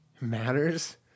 matters-